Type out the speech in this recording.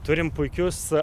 turim puikius